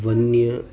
વન્ય